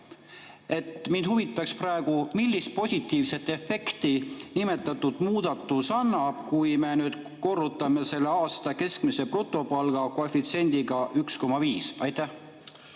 Mind huvitab, millist positiivset efekti nimetatud muudatus annab, kui me korrutame aasta keskmise brutopalga koefitsiendiga 1,5. Aitäh,